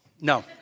No